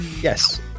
Yes